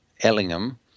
Ellingham